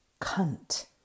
cunt